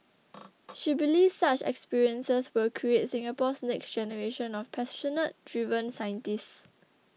she believes such experiences will create Singapore's next generation of passionate driven scientists